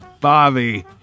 Bobby